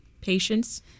patients